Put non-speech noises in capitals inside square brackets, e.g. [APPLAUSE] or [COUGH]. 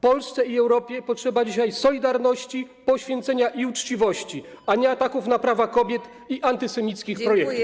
Polsce i Europie potrzeba dzisiaj solidarności, poświęcenia i uczciwości, [NOISE] a nie ataków na prawa kobiet i antysemickich projektów.